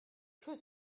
que